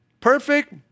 Perfect